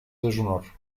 deshonor